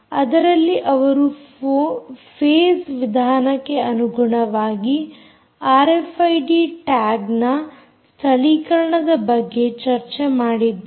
ಅದರಲ್ಲಿ ಅವರು ಫೇಸ್ ವಿಧಾನಕ್ಕೆ ಅನುಗುಣವಾಗಿ ಆರ್ಎಫ್ಐಡಿ ಟ್ಯಾಗ್ ನ ಸ್ಥಳೀಕರಣದ ಬಗ್ಗೆ ಚರ್ಚೆ ಮಾಡಿದ್ದಾರೆ